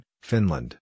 Finland